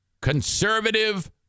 Conservative